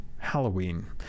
halloween